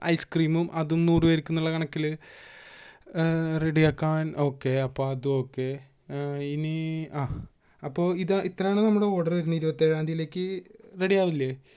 ഐസ്ക്രീമും അതും നൂറ് പേർക്ക് എന്നുള്ള കണക്കില് റെഡി ആക്കാൻ ഓക്കേ അപ്പോൾ അത് ഓക്കേ ഇനി ആ അപ്പോൾ ഇത് ഇത്രയാണ് നമ്മുടെ ഓർഡർ വരുന്നത് ഇരുപത്തിയേഴാം തിയതിയിലേക്ക് റെഡി ആകുകയില്ലെ